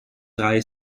drei